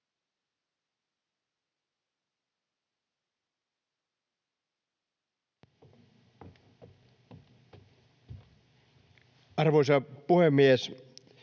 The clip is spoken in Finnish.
Arvoisa puhemies!